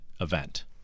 event